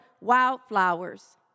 wildflowers